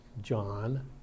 John